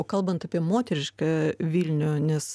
o kalbant apie moterišką vilnių nes